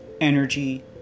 energy